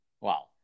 Wow